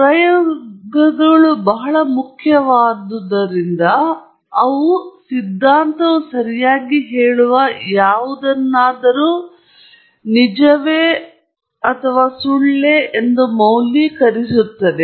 ಪ್ರಯೋಗಗಳು ಬಹಳ ಮುಖ್ಯವಾದುದರಿಂದ ಅವರು ಸಿದ್ಧಾಂತವು ಸರಿಯಾಗಿ ಹೇಳುವ ಯಾವುದನ್ನಾದರೂ ನಿಜವಾಗಿಯೂ ಮೌಲ್ಯೀಕರಿಸುತ್ತದೆ